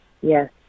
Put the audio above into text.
yes